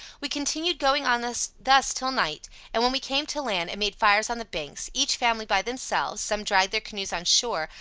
we continued going on thus thus till night and when we came to land, and made fires on the banks, each family by themselves, some dragged their canoes on shore,